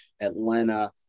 Atlanta